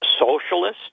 socialist